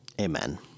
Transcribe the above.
Amen